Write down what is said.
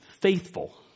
faithful